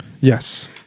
Yes